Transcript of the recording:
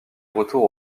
retour